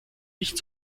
nicht